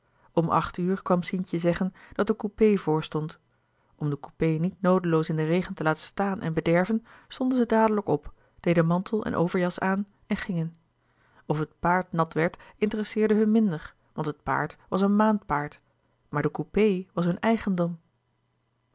om acht uur kwam sientje zeggen dat de coupé voor stond om den coupé niet noodeloos in den regen te laten staan en bederven stonden zij dadelijk op deden mantel en overjas aan en gingen of het paard nat werd interesseerde hun minder want het paard was een maandpaard maar de coupé was hun eigendom